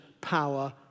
power